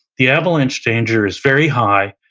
the avalanche danger is very high,